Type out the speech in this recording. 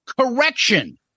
Correction